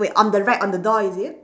wait on the right on the door is it